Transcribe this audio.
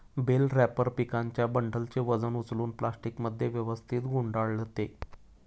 bell wrapper पिकांच्या बंडलचे वजन उचलून प्लास्टिकमध्ये व्यवस्थित गुंडाळते